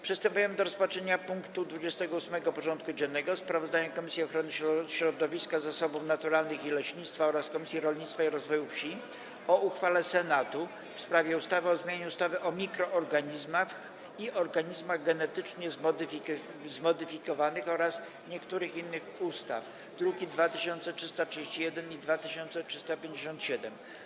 Przystępujemy do rozpatrzenia punktu 28. porządku dziennego: Sprawozdanie Komisji Ochrony Środowiska, Zasobów Naturalnych i Leśnictwa oraz Komisji Rolnictwa i Rozwoju Wsi o uchwale Senatu w sprawie ustawy o zmianie ustawy o mikroorganizmach i organizmach genetycznie zmodyfikowanych oraz niektórych innych ustaw (druki nr 2331 i 2357)